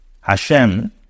Hashem